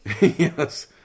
Yes